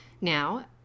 now